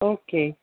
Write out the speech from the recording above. okay